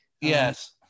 yes